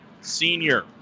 senior